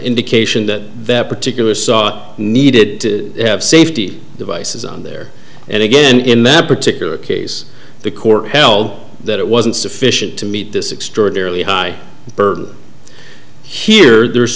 indication that that particular saw needed to have safety devices on there and again in that particular case the court held that it wasn't sufficient to meet this extraordinarily high burden here there's